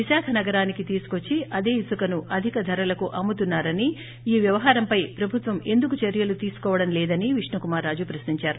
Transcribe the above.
విశాఖ నగరానికి తీసుకొచ్చి అదే ఇసుకను అధిక ధరలకు అమ్ముతున్నారన్నారని ఈ వ్యవహారంపై ప్రభుత్వం ఎందుకు చర్యలు తీసుకోవడం లేదని విష్ణుకుమార్ రాజు ప్రశ్నించారు